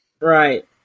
right